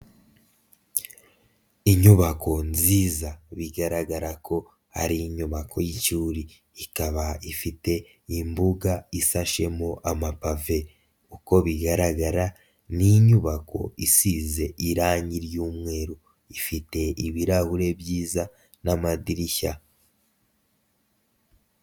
Inyubako nziza bigaragara ko ari inyubako y'ishuri ikaba ifite imbuga ishashemo amapave, uko bigaragara ni inyubako isize irangi ry'umweru, ifite ibirahure byiza n'amadirishya.